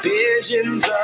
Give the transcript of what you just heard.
Visions